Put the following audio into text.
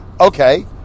okay